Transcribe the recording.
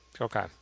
Okay